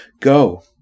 Go